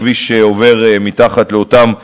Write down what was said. בכביש שעובר מתחת לאותם צוקים,